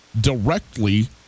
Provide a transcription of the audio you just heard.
directly